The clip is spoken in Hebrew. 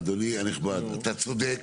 אדוני הנכבד, אתה צודק.